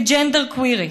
כג'נדר קווירית,